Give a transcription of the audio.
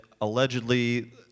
allegedly